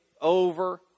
over